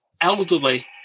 elderly